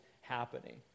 happening